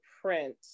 print